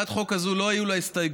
להצעת חוק זו לא היו הסתייגויות.